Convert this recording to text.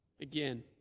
Again